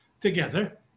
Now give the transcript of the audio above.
together